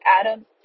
Adam